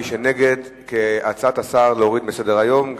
מי שנגד, כהצעת השר להוריד מסדר-היום.